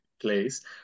place